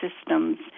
systems